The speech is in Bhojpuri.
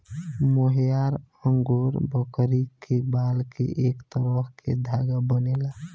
मोहयार अंगोरा बकरी के बाल से एक तरह के धागा बनेला